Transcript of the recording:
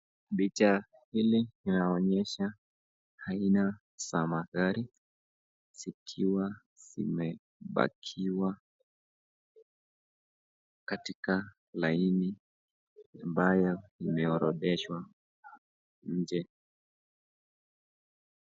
Picha hili linaonyesha aina za magari zikiwa zimepakiwa katika laini mbaya limoerodheshwa nje.